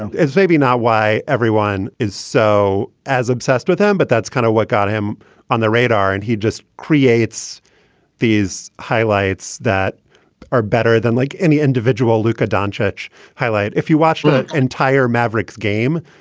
and it's maybe not why everyone is so as obsessed with him, but that's kind of what got him on the radar. and he just creates these highlights that are better than like any individual luca don chuch highlight. if you watch the entire mavericks game,